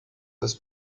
des